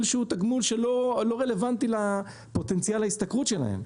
שהוא תגמול שלא רלוונטי לפוטנציאל ההשתכרות שלהם.